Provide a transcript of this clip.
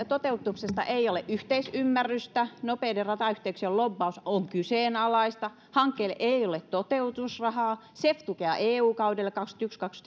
toteutuksesta ei ole yhteisymmärrystä nopeiden ratayhteyksien lobbaus on kyseenalaista hankkeille ei ole toteutusrahaa cef tukea eu kaudelle kahdenkymmenenyhden viiva